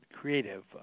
creative